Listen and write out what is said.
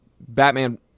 Batman